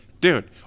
dude